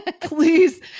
please